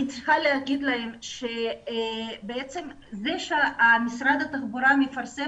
אני צריכה לומר שבעצם זה שמשרד התחבורה מפרסם